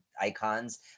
icons